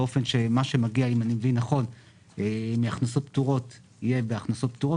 באופן שמה שמגיע מהכנסות פטורות יהיה בהכנסות פטורות